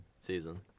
season